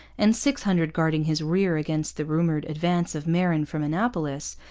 and six hundred guarding his rear against the rumoured advance of marin from annapolis,